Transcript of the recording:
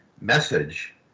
message